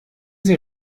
sie